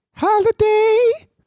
holiday